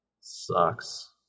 Sucks